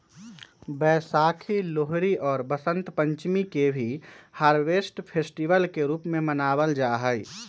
वैशाखी, लोहरी और वसंत पंचमी के भी हार्वेस्ट फेस्टिवल के रूप में मनावल जाहई